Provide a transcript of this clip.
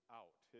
out